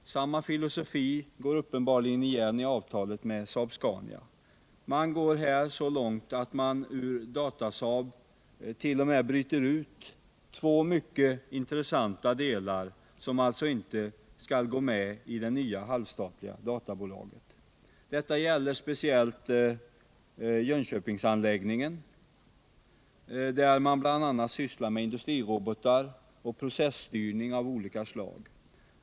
Samma filosofi går uppenbarligen igen i avtalet med Saab-Scania. Man sträcker sig här så långt att man ur Datasaab t.o.m. bryter ut två mycket intressanta delar, som alltså inte skall gå med i det nya halvstatliga databolaget. Detta gäller speciellt Jönköpingsanläggningen, där man bl.a. sysslar med industrirobotar och processtyrning av olika slag.